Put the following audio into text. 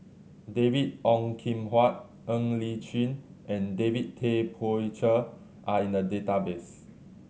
David Ong Kim Huat Ng Li Chin and David Tay Poey Cher are in the database